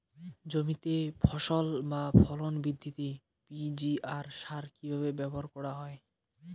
জমিতে ফসল বা ফলন বৃদ্ধিতে পি.জি.আর সার কীভাবে ব্যবহার করা হয়?